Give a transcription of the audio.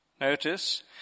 notice